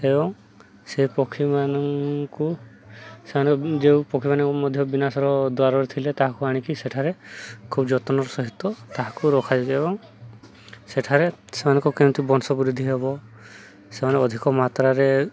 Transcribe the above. ଏବଂ ସେ ପକ୍ଷୀମାନଙ୍କୁ ସେମାନେ ଯେଉଁ ପକ୍ଷୀମାନଙ୍କୁ ମଧ୍ୟ ବିନାସର ଦ୍ୱାରରେ ଥିଲେ ତାହାକୁ ଆଣିକି ସେଠାରେ ଖୁବ ଯତ୍ନର ସହିତ ତାହାକୁ ରଖାଯଏ ଏବଂ ସେଠାରେ ସେମାନଙ୍କ କେମିତି ବଂଶ ବୃଦ୍ଧି ହେବ ସେମାନେ ଅଧିକ ମାତ୍ରାରେ